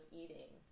eating